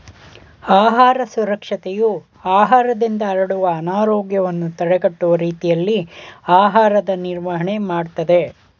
ಆಹಾರ ಸುರಕ್ಷತೆಯು ಆಹಾರದಿಂದ ಹರಡುವ ಅನಾರೋಗ್ಯವನ್ನು ತಡೆಗಟ್ಟುವ ರೀತಿಯಲ್ಲಿ ಆಹಾರದ ನಿರ್ವಹಣೆ ಮಾಡ್ತದೆ